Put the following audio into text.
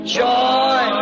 joy